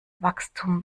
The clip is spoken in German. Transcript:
wachstum